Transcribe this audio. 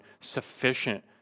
sufficient